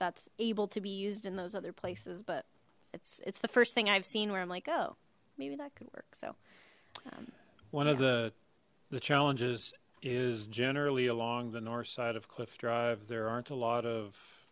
that's able to be used in those other places but it's it's the first thing i've seen where i'm like oh maybe that could work so one of the the challenges is generally along the north side of cliff drive there aren't a lot of